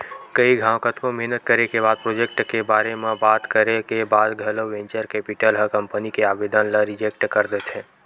कई घांव कतको मेहनत करे के बाद प्रोजेक्ट के बारे म बात करे के बाद घलो वेंचर कैपिटल ह कंपनी के आबेदन ल रिजेक्ट कर देथे